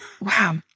Wow